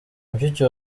mushiki